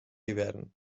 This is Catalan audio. hivern